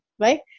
right